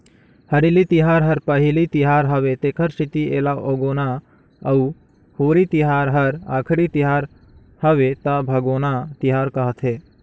हरेली तिहार हर पहिली तिहार हवे तेखर सेंथी एला उगोना अउ होरी तिहार हर आखरी तिहर हवे त भागोना तिहार कहथें